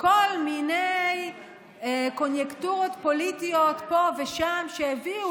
כל מיני קוניונקטורות פוליטיות פה ושם שהביאו